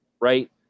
Right